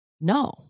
no